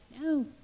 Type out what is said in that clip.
No